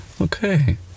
Okay